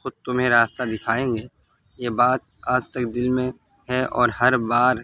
خود تمہیں راستہ دکھائیں گے یہ بات آج تک دل میں ہے اور ہر بار